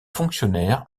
fonctionnaire